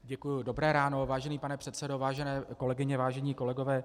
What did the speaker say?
Děkuji, dobré ráno, vážený pane předsedo, vážené kolegyně, vážení kolegové.